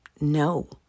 no